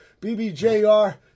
BBJR